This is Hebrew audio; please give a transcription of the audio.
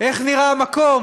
איך נראה המקום,